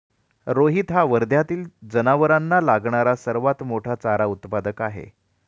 रोहित हा वर्ध्यातील जनावरांना लागणारा सर्वात मोठा चारा उत्पादक आहे